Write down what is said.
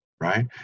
right